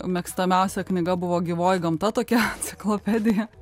mėgstamiausia knyga buvo gyvoji gamta tokia enciklopedija